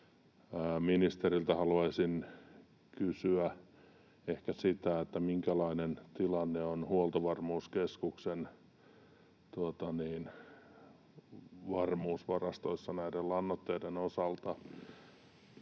Ministeriltä haluaisin kysyä ehkä sitä, minkälainen tilanne on Huoltovarmuuskeskuksen varmuusvarastoissa näiden lannoitteiden osalta.